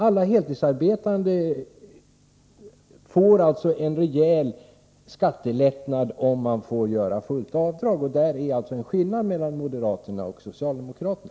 Alla heltidsarbetande får en rejäl skattelättnad om de får göra fullt avdrag. Här är det alltså en skillnad mellan moderaterna och socialdemokraterna.